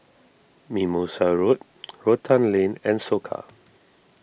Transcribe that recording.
Mimosa Road Rotan Lane and Soka